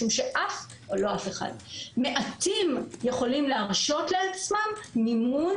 משום שמעטים יכולים להרשות לעצמם מימון